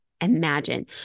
imagine